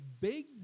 big